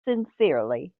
sincerely